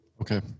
Okay